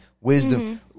Wisdom